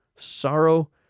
Sorrow